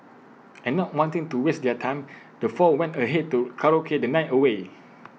and not wanting to waste their time the four went ahead to karaoke the night away